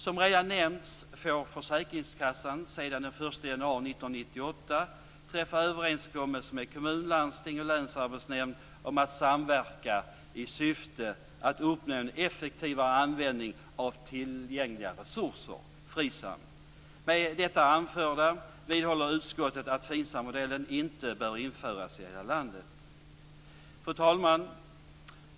Som redan nämnts får försäkringskassan sedan den 1 januari 1998 träffa överenskommelse med kommun, landsting och länsarbetsnämnd om att samverka i syfte att uppnå en effektivare användning av tillgängliga resurser - FRISAM. Med det anförda vidhåller utskottet att FINSAM modellen inte bör införas i hela landet. Fru talman!